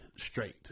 straight